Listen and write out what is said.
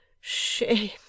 Shame